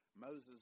Moses